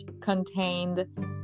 contained